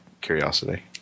curiosity